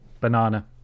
banana